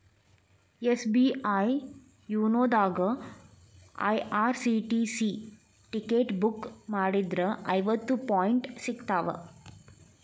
SBI YONO ದಾಗಾ IRCTC ticket book ಮಾಡಿದ್ರ ಐವತ್ತು ಪಾಯಿಂಟ್ ಸಿಗ್ತಾವ